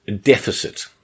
deficit